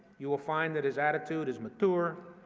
you will find that his attitude is mature,